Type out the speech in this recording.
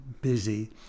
busy